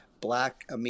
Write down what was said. Black